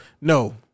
no